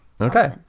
Okay